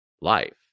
life